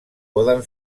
poden